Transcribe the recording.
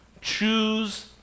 Choose